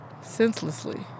senselessly